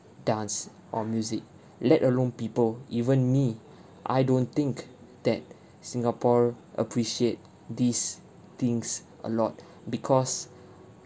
dance or music let alone people even me I don't think that singapore appreciate these things a lot because